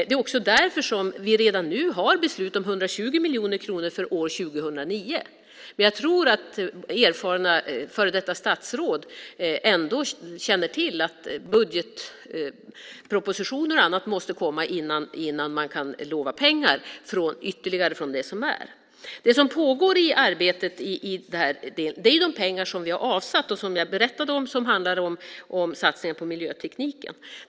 Det är också därför som vi redan nu har beslut om 120 miljoner kronor för år 2009. Men jag tror att erfarna före detta statsråd ändå känner till att budgetpropositioner och annat måste komma innan man kan utlova ytterligare pengar. Det arbete som pågår i den här delen sker med de pengar som vi har avsatt som jag berättade om och som handlar om satsningar på miljötekniken.